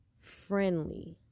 friendly